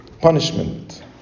Punishment